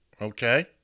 okay